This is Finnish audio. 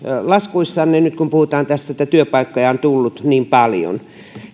laskuissanne nyt kun puhutaan tästä että työpaikkoja on tullut niin paljon